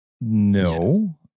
No